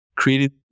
created